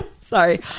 Sorry